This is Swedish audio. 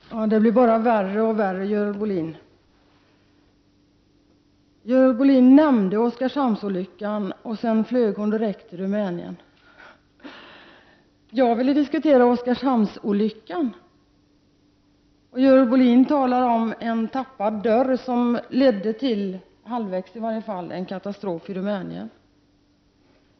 Herr talman! Det blir bara värre och värre, Görel Bohlin! Görel Bohlin nämnde Oskarshamnsolyckan, och sedan flög hon direkt till Rumänien. Jag ville diskutera Oskarshamnsolyckan, och Görel Bohlin talar om en tappad dörr som, i alla fall halvvägs, ledde till en katastrof i Rumänien.